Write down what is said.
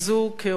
כהורה,